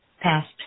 past